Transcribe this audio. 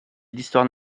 d’histoire